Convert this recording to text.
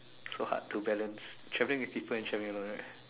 so hard to balance traveling with people and traveling alone right